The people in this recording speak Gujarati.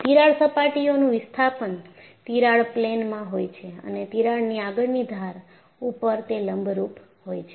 તિરાડ સપાટીઓનું વિસ્થાપન તિરાડ પ્લેનમાં હોય છે અને તિરાડની આગળની ધાર ઉપર તે લંબરૂપ હોય છે